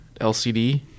LCD